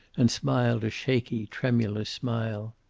and smiled a shaky, tremulous smile.